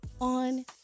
on